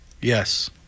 Yes